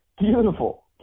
beautiful